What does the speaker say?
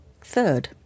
third